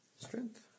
Strength